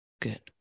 Good